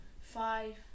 five